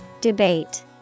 Debate